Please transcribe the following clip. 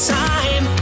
time